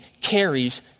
carries